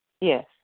Yes